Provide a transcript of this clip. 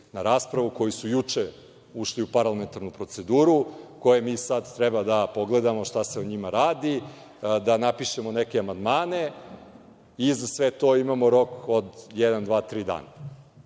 na raspravu, a koji su juče ušli u parlamentarnu proceduru, koje mi sada treba da pogledamo šta se o njima radi, da napišemo neke amandmane i za sve to imamo rok od jedan,